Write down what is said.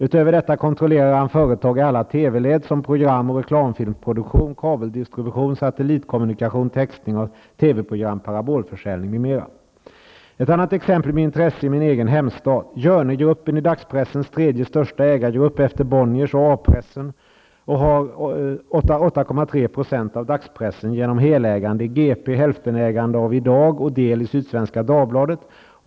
Utöver detta kontrollerar han företag i alla TV-led som program och reklamfilmproduktion, kabeldistribution, satellitkommunikation, textning av TV-program, parabolförsäljning m.m. Ett annat exempel med intresse i min egen hemstad: Hjörnegruppen är dagspressens tredje största ägargrupp efter Bonniers och A-pressen och har 8,3 % av dagspressen genom helägande GP, hälftenägande av Idag och del i Sydsvenska Dagbladet.